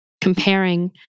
comparing